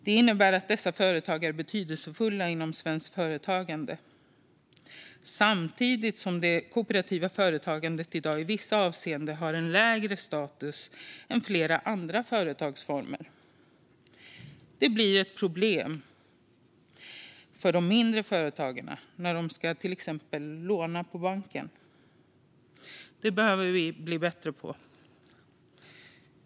Det innebär att dessa förtag är betydelsefulla inom svenskt företagande, samtidigt som det kooperativa företagandet i dag i vissa avseenden har en lägre status än flera andra företagsformer. Det blir ett problem för de mindre företagarna, till exempel när de ska låna på banken. Här behöver vi bli bättre.